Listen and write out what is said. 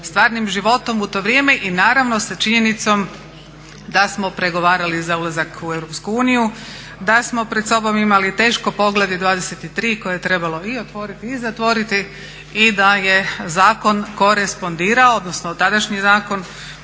stvarnim životom u to vrijeme i naravno sa činjenicom da smo pregovarali za ulazak u Europsku uniju, da smo pred sobom imali teško poglavlje 23 koje je trebalo i otvoriti i zatvoriti i da je zakon korespondirao, odnosno tadašnji zakon